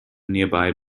nearby